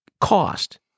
Cost